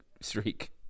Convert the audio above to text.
streak